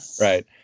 right